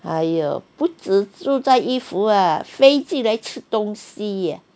!aiyo! 不只坐在衣服啊飞进来吃东西呀